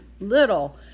little